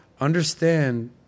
Understand